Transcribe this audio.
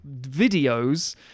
videos